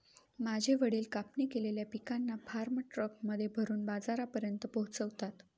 माझे वडील कापणी केलेल्या पिकांना फार्म ट्रक मध्ये भरून बाजारापर्यंत पोहोचवता